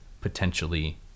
potentially